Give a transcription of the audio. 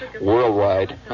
worldwide